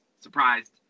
surprised